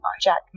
Jack